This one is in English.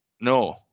No